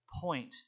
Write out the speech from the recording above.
point